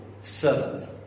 servant